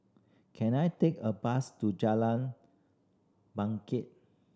can I take a bus to Jalan Bangket